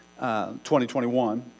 2021